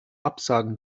absagen